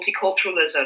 multiculturalism